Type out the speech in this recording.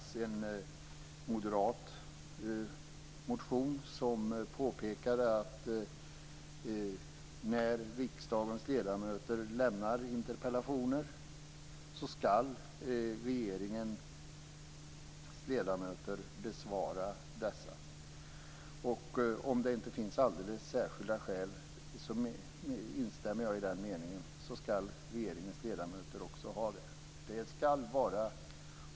I en moderat motion påpekades att när riksdagens ledamöter lämnar interpellationer skall regeringens ledamöter besvara dessa om det inte finns alldeles särskilda skäl. Jag instämmer i detta.